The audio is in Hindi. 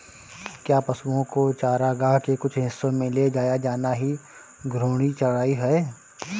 क्या पशुओं को चारागाह के कुछ हिस्सों में ले जाया जाना ही घूर्णी चराई है?